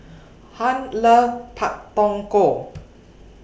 Hunt loves Pak Thong Ko